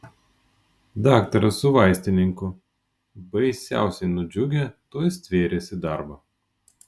daktaras su vaistininku baisiausiai nudžiugę tuoj stvėrėsi darbo